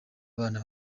abana